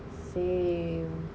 same